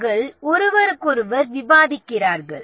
அவர்கள் ஒருவருக்கொருவர் விவாதிக்கிறார்கள்